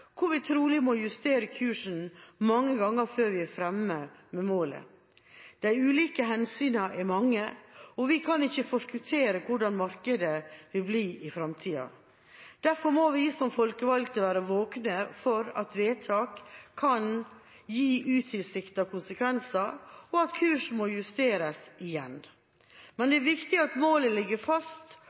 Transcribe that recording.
hvor vi trolig må justere kursen mange ganger før vi er fremme ved målet. De ulike hensynene er mange, og vi kan ikke forskuttere hvordan markedet vil bli i framtida. Derfor må vi som folkevalgte være våkne for at vedtak kan gi utilsiktede konsekvenser, og at kursen må justeres igjen. Men det er viktig at målet ligger fast,